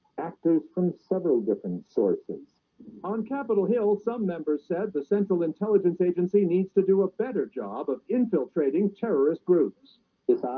actors from several different sources on capitol hill some members said the central intelligence agency needs to do a better job of infiltrating terrorist groups it